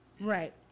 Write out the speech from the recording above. Right